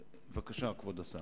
בבקשה, כבוד השר.